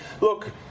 Look